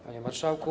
Panie Marszałku!